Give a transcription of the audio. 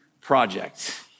project